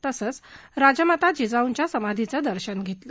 तसंच राजमाता जिजाऊंच्या समाधीच दर्शन घेतलं